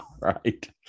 right